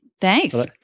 Thanks